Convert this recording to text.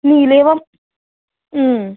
నీళ్లు ఇయ్యవా